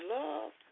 love